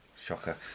Shocker